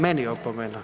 Meni opomena.